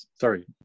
Sorry